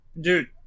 Dude